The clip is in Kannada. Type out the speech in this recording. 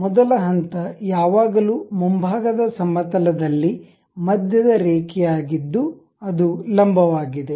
ಮೊದಲ ಹಂತ ಯಾವಾಗಲೂ ಮುಂಭಾಗದ ಸಮತಲ ದಲ್ಲಿ ಮಧ್ಯದ ರೇಖೆಯಾಗಿದ್ದು ಅದು ಲಂಬವಾಗಿದೆ